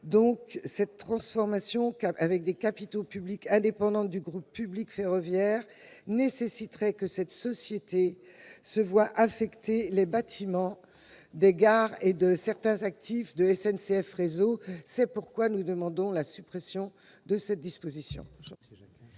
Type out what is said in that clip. en société anonyme à capitaux publics, indépendante du groupe public ferroviaire, nécessiterait que lui soient affectés les bâtiments des gares et certains actifs de SNCF Réseau. C'est pourquoi nous demandons la suppression de cette disposition.